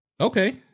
Okay